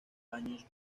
años